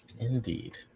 Indeed